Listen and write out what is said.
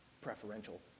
preferential